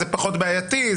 זה פחות בעייתי,